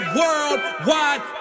worldwide